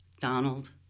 donald